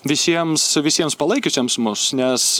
visiems visiems palaikiusiems mus nes